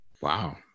Wow